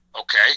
okay